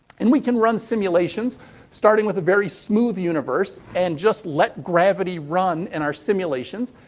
and we can run simulations starting with a very smooth universe and just let gravity run in our simulations,